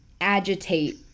agitate